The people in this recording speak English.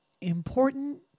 important